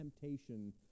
temptation